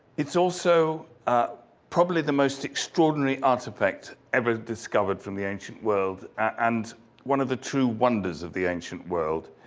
it's also ah probably the most extraordinary artifact ever discovered from the ancient world, and one of the true wonders of the ancient world.